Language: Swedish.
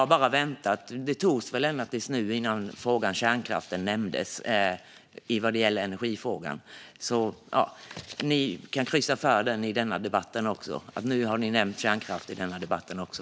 När det gäller energifrågan har jag bara väntat på att frågan om kärnkraften skulle nämnas. Men nu togs den upp. Ni kan kryssa i att ni har nämnt kärnkraften i denna debatt också.